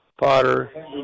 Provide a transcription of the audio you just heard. Potter